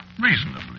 reasonably